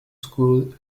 school